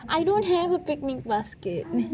I don't have a picnic basket